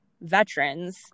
veterans